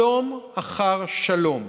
שלום אחר שלום,